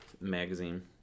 magazine